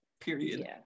period